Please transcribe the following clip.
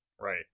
Right